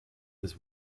was